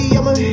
I'ma